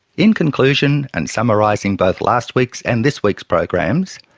in conclusion and summarising both last week's and this week's programs,